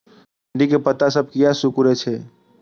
भिंडी के पत्ता सब किया सुकूरे छे?